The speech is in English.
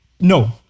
No